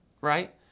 right